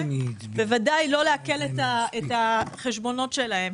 בוודאי שלא לעקל את החשבונות שלהם,